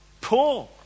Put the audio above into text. poor